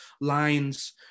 lines